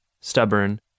stubborn